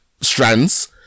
strands